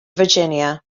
virginia